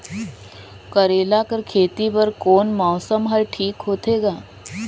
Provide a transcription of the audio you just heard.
करेला कर खेती बर कोन मौसम हर ठीक होथे ग?